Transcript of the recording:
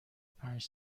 پنج